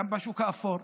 גם השוק האפור.